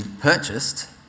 purchased